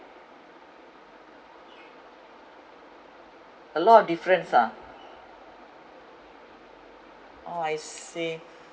a lot of difference ah orh I see